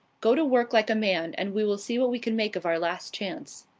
go to work like a man, and we will see what we can make of our last chance.